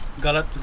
Galat